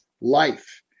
life